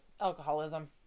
alcoholism